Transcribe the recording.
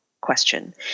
question